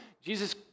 Jesus